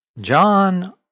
John